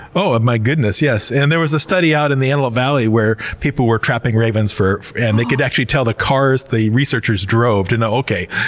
oh ah my goodness, yes. and there was a study out in the antelope valley where people were trapping ravens and and they could actually tell the cars the researchers drove to know, okay,